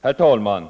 Herr talman!